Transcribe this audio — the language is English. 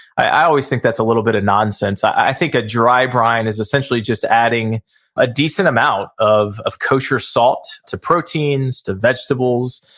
i always think that's a little bit of nonsense. i think a dry brine is essentially just adding a decent amount of of kosher salt to proteins, to vegetables,